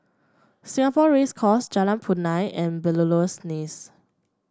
Singapore Race Course Jalan Punai and Belilios